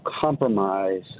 compromise